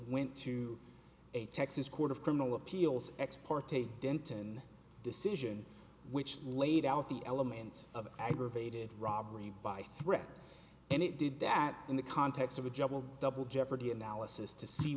went to a texas court of criminal appeals ex parte dentin decision which laid out the elements of aggravated robbery by threat and it did that in the context of a judge will double jeopardy analysis to see